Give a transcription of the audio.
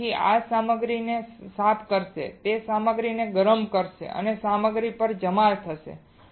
અને આ રીતે તે સામગ્રીને સાફ કરશે તે સામગ્રીને ગરમ કરશે અને સામગ્રી જમા થશે